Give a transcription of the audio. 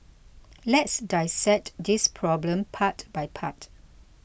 let's dissect this problem part by part